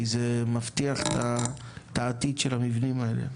כי זה מבטיח את העתיד של המבנים האלה.